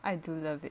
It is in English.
I do love it